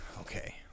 okay